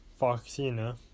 Foxina